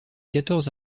quatorze